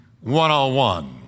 one-on-one